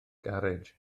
garej